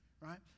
right